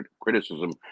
criticism